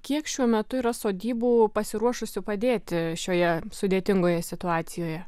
kiek šiuo metu yra sodybų pasiruošusių padėti šioje sudėtingoje situacijoje